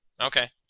Okay